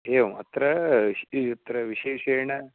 एवम् अत्र यत्र विशेषेण